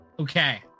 Okay